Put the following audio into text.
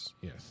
Yes